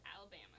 Alabama